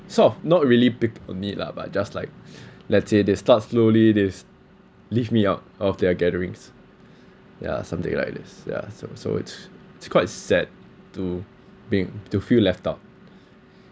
sort of not really pick on me lah but just like let's say they start slowly this leave me out of their gatherings ya something like this ya so so it's it's quite sad to being to feel left out